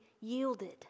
yielded